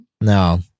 No